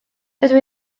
dydw